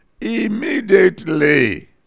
Immediately